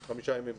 חמישה ימים בשבוע,